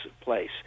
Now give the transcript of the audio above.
place